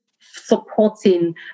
supporting